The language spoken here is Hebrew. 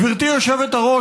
גברתי היושבת-ראש,